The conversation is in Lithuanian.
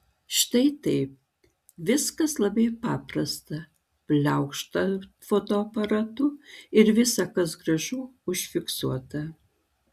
štai taip viskas labai paprasta pliaukšt fotoaparatu ir visa kas gražu užfiksuota